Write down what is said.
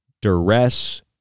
duress